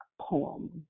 poem